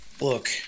Look